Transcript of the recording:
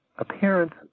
appearance